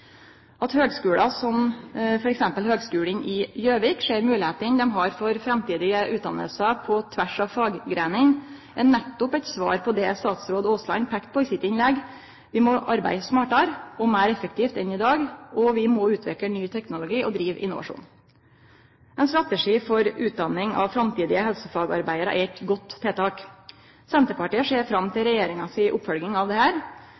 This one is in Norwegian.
At høgskolar, som t.d. Høgskolen i Gjøvik, ser moglegheitene dei har for framtidige utdanningar på tvers av faggreinene, er nettopp eit svar på det statsråd Aasland peika på i sitt innlegg, at vi må arbeide smartare og meir effektivt enn i dag, og vi må utvikle ny teknologi og drive innovasjon. Ein strategi for utdanning av framtidige helsefagarbeidarar er eit godt tiltak. Senterpartiet ser fram til regjeringa si oppfølging av